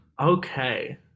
okay